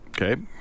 Okay